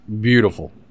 beautiful